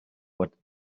what